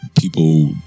People